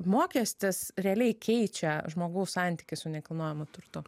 mokestis realiai keičia žmogaus santykį su nekilnojamu turtu